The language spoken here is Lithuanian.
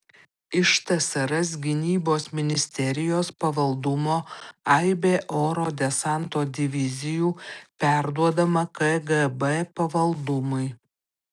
iš tsrs gynybos ministerijos pavaldumo aibė oro desanto divizijų perduodama kgb pavaldumui